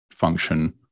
function